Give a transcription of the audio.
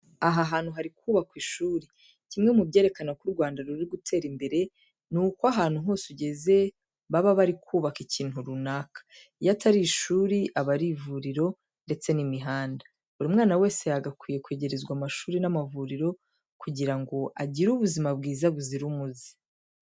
Aha hantu bari kuhubaka ishuri. Kimwe mu byerekana ko u Rwanda ruri gutera imbere ni uko ahantu hose ugeze baba bari kubaka ikintu runaka. Iyo atari ishuri aba ari ivuriro ndetse n'imihanda. Buri mwana wese yagakwiye kwegerezwa amashuri n'amavuriro kugira agire ubuzima bwiza buzira umuze.